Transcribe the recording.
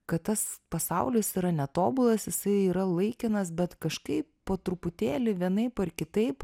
kad tas pasaulis yra netobulas jisai yra laikinas bet kažkaip po truputėlį vienaip ar kitaip